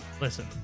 Listen